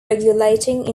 regulating